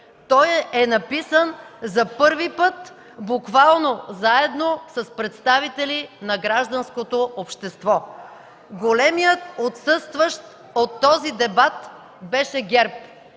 Той е написан за първи път заедно с представители на гражданското общество. Големият отсъстващ от този дебат беше ГЕРБ.